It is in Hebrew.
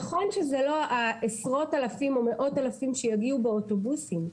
נכון שזה לא עשרות האלפים או מאות האלפים שיגיעו באוטובוסים,